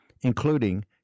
including